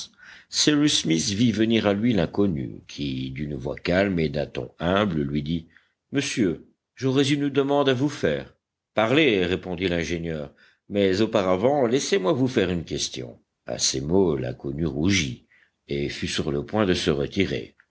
smith vit venir à lui l'inconnu qui d'une voix calme et d'un ton humble lui dit monsieur j'aurais une demande à vous faire parlez répondit l'ingénieur mais auparavant laissez-moi vous faire une question à ces mots l'inconnu rougit et fut sur le point de se retirer